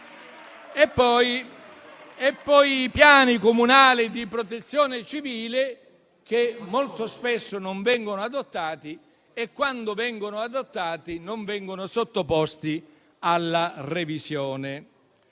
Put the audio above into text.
sono i piani comunali di Protezione civile che molto spesso non vengono adottati e quando avviene non vengono sottoposti alla revisione.